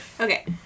Okay